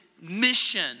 mission